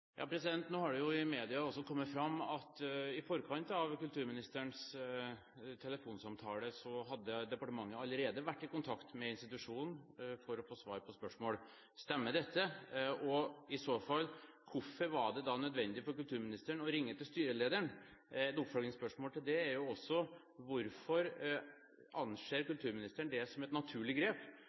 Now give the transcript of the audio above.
Nå har det i media også kommet fram at i forkant av kulturministerens telefonsamtale hadde departementet allerede vært i kontakt med institusjonen for å få svar på spørsmål. Stemmer dette? Og i så fall, hvorfor var det da nødvendig for kulturministeren å ringe til styrelederen? Et oppfølgingsspørsmål til det er også: Hvorfor anser kulturministeren det som et naturlig grep?